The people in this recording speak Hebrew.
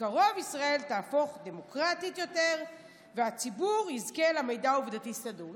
בקרוב ישראל תהפוך דמוקרטית יותר והציבור יזכה למידע עובדתי סדור".